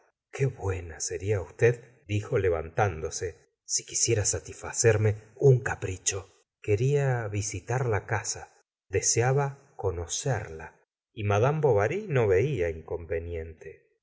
qué buena sería usteddijo levantándosesi quisiera satisfacerm'e un capricho quería visitar la casa deseaba conocerla y madame bovary no veía inconveniente